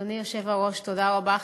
אדוני היושב-ראש, תודה רבה.